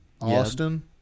Austin